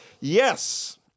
Yes